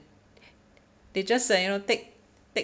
they just uh you know take take